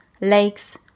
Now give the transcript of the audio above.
lakes